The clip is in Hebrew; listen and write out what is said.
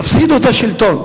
תפסידו את השלטון.